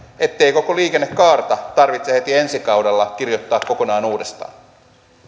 ettei koko liikennekaarta tarvitse heti ensi kaudella kirjoittaa kokonaan uudestaan